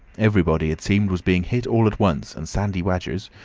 everybody, it seemed, was being hit all at once, and sandy wadgers,